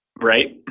Right